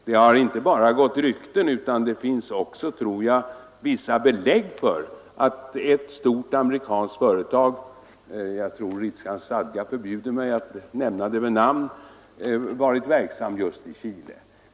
Det har inte bara gått rykten utan det finns också, tror jag, vissa belägg för att ett stort amerikanskt företag — riksdagens stadga förbjuder mig att nämna det vid namn — varit verksamt just i Chile.